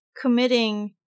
committing